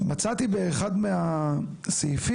אז אמרתי לאדוני, אני לא זוכר אם במסגרת ההליכים